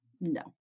no